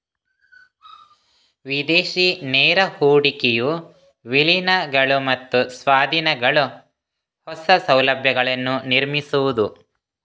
ವಿದೇಶಿ ನೇರ ಹೂಡಿಕೆಯು ವಿಲೀನಗಳು ಮತ್ತು ಸ್ವಾಧೀನಗಳು, ಹೊಸ ಸೌಲಭ್ಯಗಳನ್ನು ನಿರ್ಮಿಸುವುದು